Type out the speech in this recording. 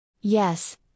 Yes